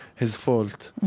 his fault.